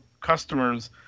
customers